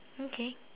okay